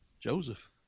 Joseph